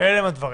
אלה הם הדברים.